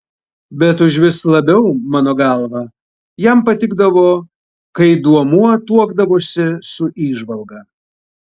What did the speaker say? bet užvis labiau mano galva jam patikdavo kai duomuo tuokdavosi su įžvalga